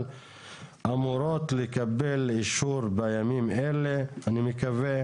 אמורות לקבל אישור בימים אלה אני מקווה.